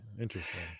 Interesting